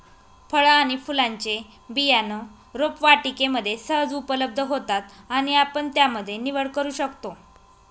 फळ आणि फुलांचे बियाणं रोपवाटिकेमध्ये सहज उपलब्ध होतात आणि आपण त्यामध्ये निवड करू शकतो